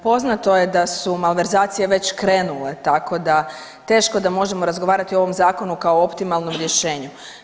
Poznato je da su malverzacije već krenule, tako da teško da možemo razgovarati o ovom zakonu kao optimalnom rješenju.